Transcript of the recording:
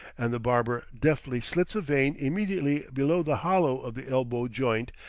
and the barber deftly slits a vein immediately below the hollow of the elbow-joint,